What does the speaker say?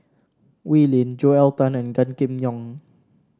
Wee Lin Joel Tan and Gan Kim Yong